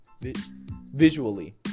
Visually